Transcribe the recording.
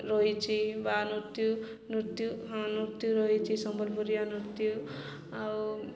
ରହିଛି ବା ନୃତ୍ୟ ନୃତ୍ୟ ହଁ ନୃତ୍ୟ ରହିଛି ସମ୍ବଲପୁରିଆ ନୃତ୍ୟ ଆଉ